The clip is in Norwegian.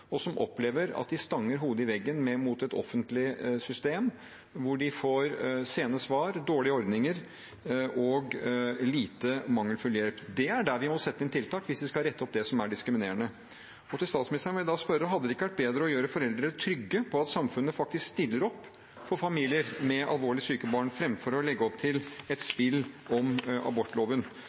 og som opplever at de stanger hodet i veggen mot et offentlig system hvor de får sene svar, dårlige ordninger og lite/mangelfull hjelp. Det er der vi må sette inn tiltak hvis vi skal rette opp det som er diskriminerende. Da vil jeg spørre statsministeren: Hadde det ikke vært bedre å gjøre foreldre trygge på at samfunnet faktisk stiller opp for familier med alvorlig syke barn, fremfor å legge opp til et spill om abortloven?